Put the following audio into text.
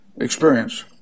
experience